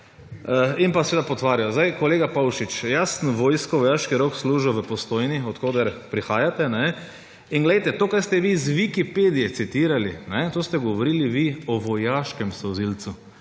in pa seveda potvarjajo. Sedaj, kolega Pavšič, jaz sem vojsko, vojaški rok služil v Postojni, od koder prihajate, in to, kar ste vi iz Wikipedije citirali, to ste govorili vi o vojaškem solzivcu;